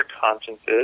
consciences